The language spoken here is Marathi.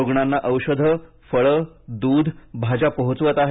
रुग्णांना औषधं फळं दूध भाज्या पोहोचवत आहेत